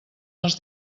els